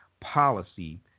policy